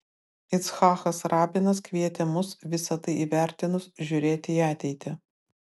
icchakas rabinas kvietė mus visa tai įvertinus žiūrėti į ateitį